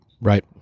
Right